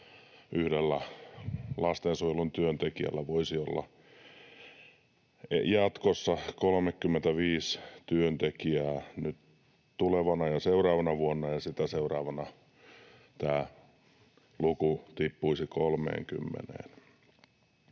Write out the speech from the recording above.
yhdellä lastensuojelun työntekijällä voisi olla jatkossa 35 lasta asiakkaana nyt tulevana ja seuraavana vuonna ja sitä seuraavana tämä luku tippuisi